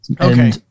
okay